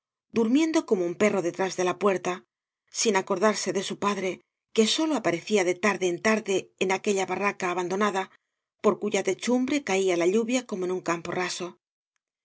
durmiendo como un perro detrás de la puerta sin acordarse de su padre que sólo aparecía de tarde en tarde en aquella barraca abandonada por cuya techumbre caía la lluvia coreo en campo raso